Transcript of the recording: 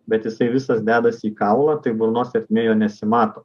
bet jisai visas dedasi į kaulą tai burnos ertmėj jo nesimato